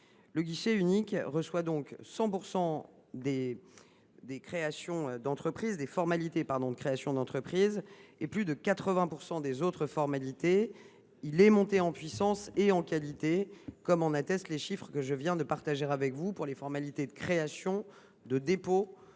Le guichet unique reçoit donc 100 % des formalités de création d’entreprises, et plus de 80 % des autres formalités. Il est monté en puissance et en qualité, comme en attestent les chiffres que je viens de partager avec vous, pour les formalités de création, de dépôt,